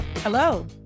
Hello